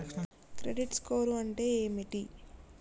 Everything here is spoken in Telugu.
క్రెడిట్ స్కోర్ అంటే ఏమిటి?